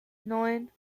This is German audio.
neun